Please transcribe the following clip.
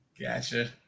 Gotcha